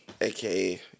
AKA